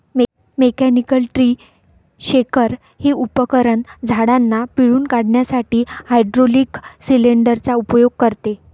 mechanical tree shaker हे उपकरण झाडांना पिळून काढण्यासाठी हायड्रोलिक सिलेंडर चा उपयोग करते